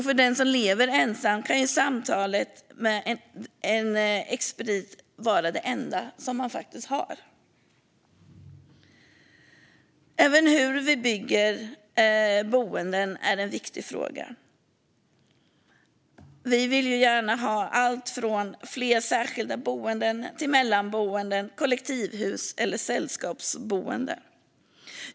För den som lever ensam kan samtalet med en expedit faktiskt vara det enda som man har. Även hur vi bygger boenden är en viktig fråga. Vi vill gärna ha fler särskilda boenden, mellanboenden, kollektivhus och sällskapsboenden.